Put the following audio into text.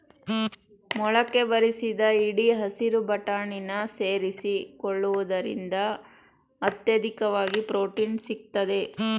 ಮೊಳಕೆ ಬರಿಸಿದ ಹಿಡಿ ಹಸಿರು ಬಟಾಣಿನ ಸೇರಿಸಿಕೊಳ್ಳುವುದ್ರಿಂದ ಅತ್ಯಧಿಕವಾಗಿ ಪ್ರೊಟೀನ್ ಸಿಗ್ತದೆ